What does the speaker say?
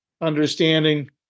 understanding